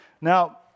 Now